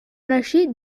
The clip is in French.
lâché